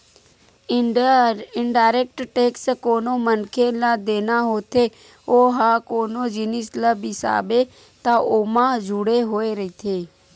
indirect tax कोनो मनखे ल देना होथे ओहा कोनो जिनिस ल बिसाबे त ओमा जुड़े होय रहिथे